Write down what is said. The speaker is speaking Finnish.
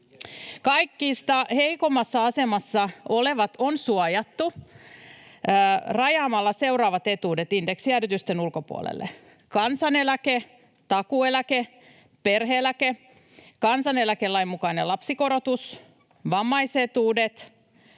Kaikista heikoimmassa asemassa olevat on suojattu rajaamalla seuraavat etuudet indeksijäädytysten ulkopuolelle: kansaneläke, takuueläke, perhe-eläke, kansaneläkelain mukainen lapsikorotus, vammaisetuudet,